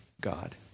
God